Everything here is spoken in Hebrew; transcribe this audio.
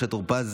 משה טור פז,